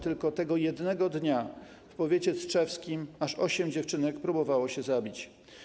Tylko tego jednego dnia w powiecie tczewskim aż osiem dziewczynek próbowało się zabić.